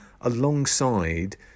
alongside